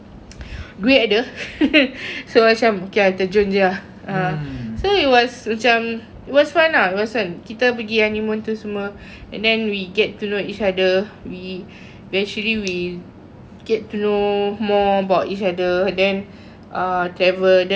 duit ada so I macam okay I terjun jer ah ha so it was macam it was fun lah it was fun kita pergi honeymoon tu semua and then we get to know each other we eventually we get to know more about each other then uh travel then